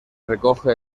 recoge